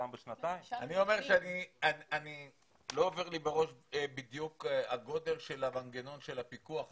אני אומר שלא עובר לי בראש בדיוק הגודל של המנגנון של הפיקוח הזה.